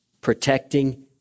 protecting